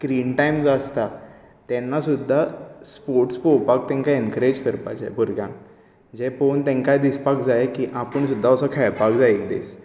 screen time जो आसता तेन्ना सुद्दां स्पोर्टस पळोवपाक तेंकां एनकरेज करपाचे भुरग्यांक जे पळोवन तेंकांय दिसपाक जाय की आपूण सुद्दां असो खेळपाक जाय एक दीस